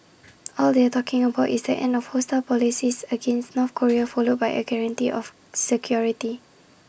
all they are talking about is the end of hostile policies against North Korea followed by A guarantee of security